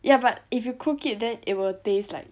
ya but if you cook it then it will taste like